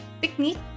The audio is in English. technique